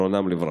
זיכרונם לברכה.